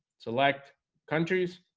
select countries